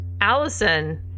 Allison